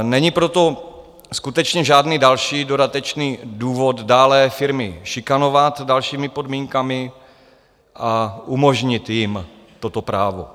Není proto skutečně žádný další dodatečný důvod dále firmy šikanovat dalšími podmínkami, a umožnit jim toto právo.